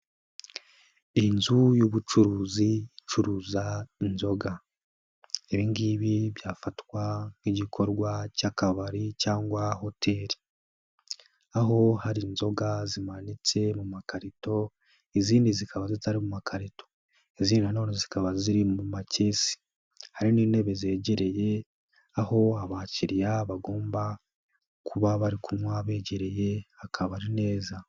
Inzu y'ubucuruzi icuruza inzoga ibi ngibi byafatwa nk'igikorwa cy'akabari cyangwa hoteri, aho hari inzoga zimanitse mu makarito izindi zikaba zitari mu makarito, izindi nanone zikaba ziri mu makesi, hari n'intebe zegereye aho abakiriya bagomba kuba bari kunywa begereye akabari neza.